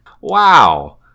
Wow